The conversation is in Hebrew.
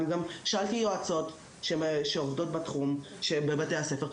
אני גם שאלתי יועצות שעובדות בתחום שהן בבתי הספר,